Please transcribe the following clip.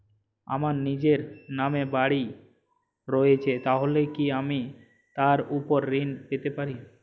আমার নিজের নামে বাড়ী রয়েছে তাহলে কি আমি তার ওপর ঋণ পেতে পারি?